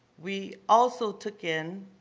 we also took in